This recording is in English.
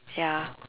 ya